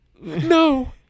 No